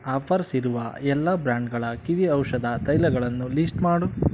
offers ಇರುವ ಎಲ್ಲ ಬ್ರ್ಯಾಂಡ್ಗಳ ಕಿವಿ ಔಷಧ ತೈಲಗಳನ್ನು ಲೀಸ್ಟ್ ಮಾಡು